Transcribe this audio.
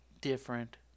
different